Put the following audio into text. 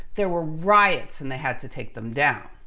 there were riots and they had to take them down.